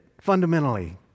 fundamentally